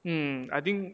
mm I think